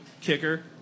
kicker